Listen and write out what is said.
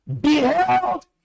beheld